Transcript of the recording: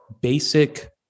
basic